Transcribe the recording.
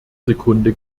sekunde